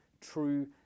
true